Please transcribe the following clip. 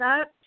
up